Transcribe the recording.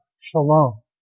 shalom